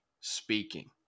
speaking